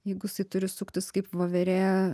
jeigu jisai turi suktis kaip voverė